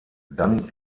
dann